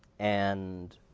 and